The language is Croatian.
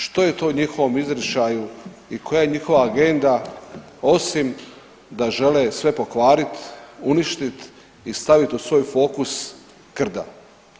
Što je to u njihovom izričaju i koja je njihova agenda osim da žele sve pokvariti, uništiti i staviti u svoj fokus krda?